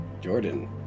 Jordan